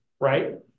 right